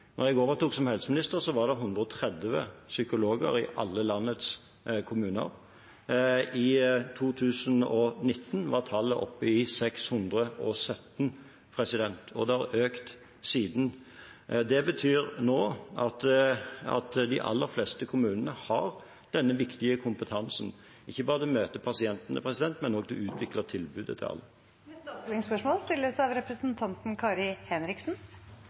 jeg overtok som helseminister, var det 130 psykologer i alle landets kommuner. I 2019 var tallet oppe i 617, og det har økt siden. Det betyr nå at de aller fleste kommunene har denne viktige kompetansen, ikke bare til å møte pasientene, men også til å utvikle tilbudet til alle. Kari Henriksen – til oppfølgingsspørsmål.